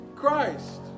Christ